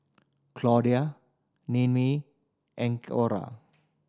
Claudia Ninnie and Orra